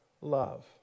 love